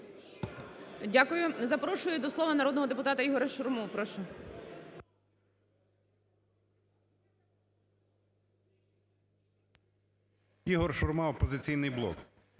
Дякую. Запрошую до слова народного депутата Ігоря Шурму. Прошу.